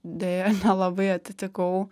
deja nelabai atitikau